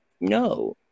no